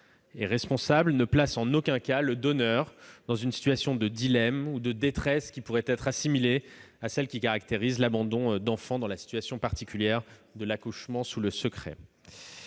et responsable, ne place en aucun cas le donneur dans une situation de dilemme ou de détresse assimilable à celle qui caractérise l'abandon d'enfant dans la situation particulière de l'accouchement sous le secret.